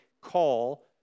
call